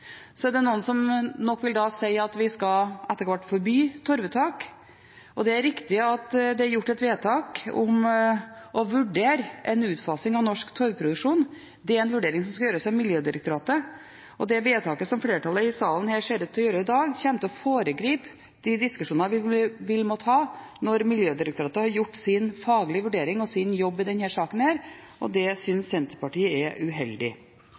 Så er det noen som nok vil si at vi etter hvert skal forby torvuttak, og det er riktig at det er gjort et vedtak om å vurdere en utfasing av norsk torvproduksjon. Det er en vurdering som skal gjøres av Miljødirektoratet, og det vedtaket som flertallet her i salen ser ut til å gjøre i dag, kommer til å foregripe de diskusjoner vi vil måtte ha når Miljødirektoratet har gjort sin faglige vurdering og sin jobb i denne saken. Det synes Senterpartiet er uheldig.